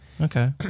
Okay